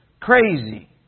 crazy